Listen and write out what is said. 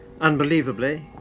Unbelievably